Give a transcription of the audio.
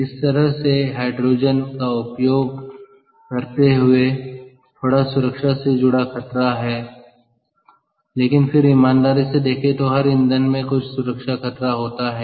इस तरह से हाइड्रोजन का उपयोग करते हुए थोड़ा सुरक्षा से जुड़ा खतरा है लेकिन फिर ईमानदारी से देखें तो हर ईंधन में कुछ सुरक्षा खतरा होता है